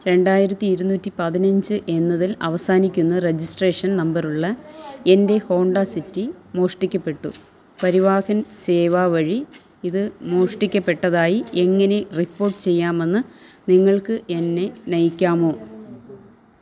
രണ്ടായിരത്തി ഇരുന്നൂറ്റി പതിനഞ്ച് എന്നതിൽ അവസാനിക്കുന്ന രെജിസ്ട്രേഷൻ നമ്പറുള്ള എൻ്റെ ഹോണ്ട സിറ്റി മോഷ്ടിക്കപ്പെട്ടു പരിവാഹൻ സേവാ വഴി ഇത് മോഷ്ടിക്കപ്പെട്ടതായി എങ്ങനെ റിപ്പോർട്ട് ചെയ്യാമെന്ന് നിങ്ങൾക്ക് എന്നെ നയിക്കാമോ